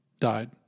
died